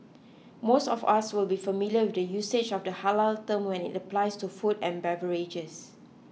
most of us will be familiar with the usage of the halal term when it applies to food and beverages